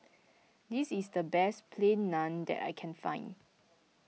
this is the best Plain Naan that I can find